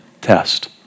test